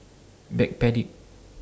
Backpedic